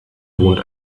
wohnt